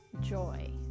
joy